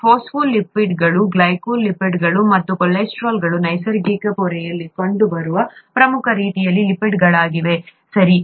ಫಾಸ್ಫೋಲಿಪಿಡ್ಗಳು ಗ್ಲೈಕೊಲಿಪಿಡ್ಗಳು ಮತ್ತು ಕೊಲೆಸ್ಟ್ರಾಲ್ಗಳು ನೈಸರ್ಗಿಕ ಪೊರೆಯಲ್ಲಿ ಕಂಡುಬರುವ ಪ್ರಮುಖ ರೀತಿಯ ಲಿಪಿಡ್ಗಳಾಗಿವೆ ಸರಿ